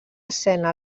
escena